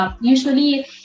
usually